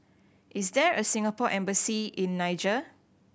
is there a Singapore Embassy in Niger